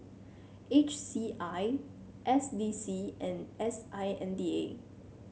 H C I S D C and S I N D A